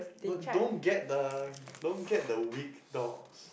no don't get the don't get the weak dogs